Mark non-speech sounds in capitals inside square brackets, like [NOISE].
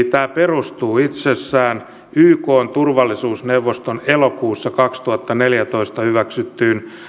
[UNINTELLIGIBLE] tämä perustuu itsessään ykn turvallisuusneuvoston elokuussa kaksituhattaneljätoista hyväksymään